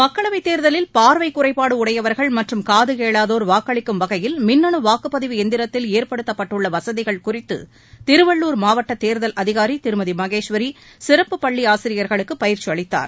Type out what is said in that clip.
மக்களவைத் தேர்தலில் பார்வைக் குறைபாடு உடையவர்கள் மற்றும் காது கேளாதோர் வாக்களிக்கும் வகையில் மின்னு வாக்குப்பதிவு எந்திரத்தில் ஏற்படுத்தப்பட்டுள்ள வசதிகள் குறித்து திருவள்ளூர் மாவட்ட தேர்தல் அதிகாரி திருமதி மகேஸ்வரி சிறப்பு பள்ளி ஆசிரியர்களுக்கு பயிற்சி அளித்தார்